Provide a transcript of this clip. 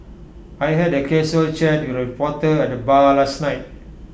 I had A casual chat with A reporter at the bar last night